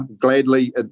gladly